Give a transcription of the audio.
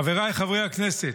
חבריי חברי הכנסת,